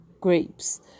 grapes